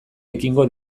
ekingo